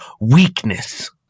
weakness